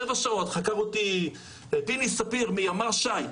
שבע שעות חקר אותי פיני ספיר מימ"ר ש"י.